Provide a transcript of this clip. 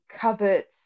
cupboards